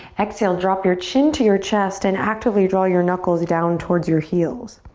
exhale, drop your chin to your chest and actively draw your knuckles down towards your heels.